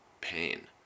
pain